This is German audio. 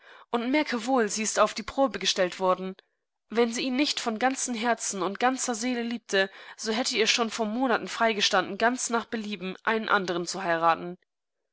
wennsieeinemmannesagt siewolleihnheiraten undmerkewohl sie ist auf die probe gestellt worden wenn sie ihn nicht von ganzem herzen und ganzer seele liebte so hätte ihr schon vor monaten freigestanden ganz nach belieben einen andernzuheiraten